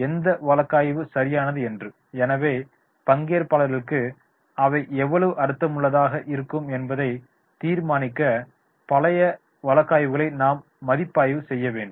எந்த வழக்காய்வு சரியானது என்று எனவே பங்கேற்பாளர்களுக்கு அவை எவ்வளவு அர்த்தமுள்ளதாக இருக்கும் என்பதை தீர்மானிக்க பழைய வழக்காய்வுகளை நாம் மதிப்பாய்வு செய்ய வேண்டும்